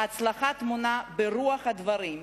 ההצלחה טמונה ברוח הדברים,